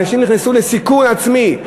אנשים נכנסו לסיכון עצמי.